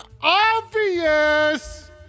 Obvious